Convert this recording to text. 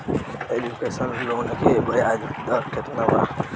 Education loan के ब्याज दर केतना बा?